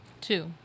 Two